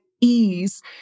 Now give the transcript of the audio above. ease